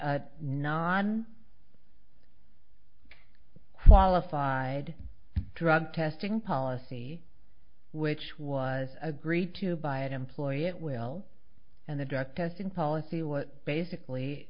a non qualified drug testing policy which was agreed to by an employer it will and the drug testing policy what basically